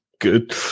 good